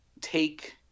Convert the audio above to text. take